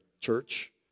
church